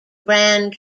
grand